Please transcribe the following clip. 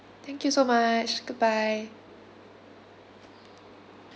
thank you so much goodbye